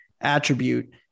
attribute